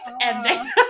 ending